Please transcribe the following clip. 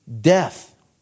Death